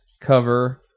cover